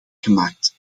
gemaakt